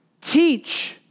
teach